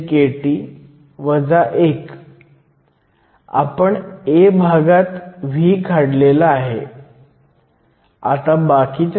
एकदा तुम्हाला Iso माहित झाले तर आपण येथे बदलू शकतो आणि आपण करंट मिळवू शकतो